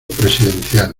presidencial